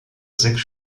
sechs